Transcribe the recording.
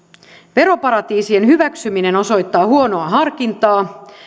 veroparatiisien hyväksyminen osoittaa huonoa harkintaa